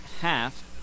half